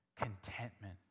contentment